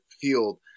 field